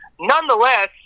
Nonetheless